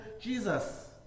jesus